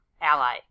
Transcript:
ally